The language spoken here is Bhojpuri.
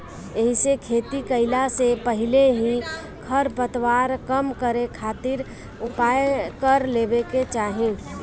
एहिसे खेती कईला से पहिले ही खरपतवार कम करे खातिर उपाय कर लेवे के चाही